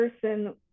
person